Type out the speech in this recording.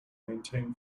maintain